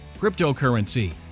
cryptocurrency